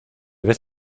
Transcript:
vez